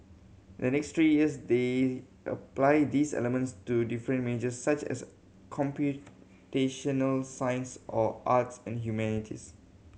in the next three years they apply these elements to different majors such as computational science or arts and humanities